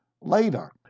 later